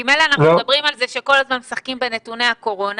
כי מילא אנחנו מדברים על זה שכל הזמן משחקים עם נתוני הקורונה,